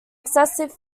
excessive